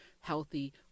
healthy